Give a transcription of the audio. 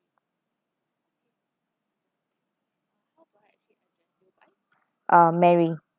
um mary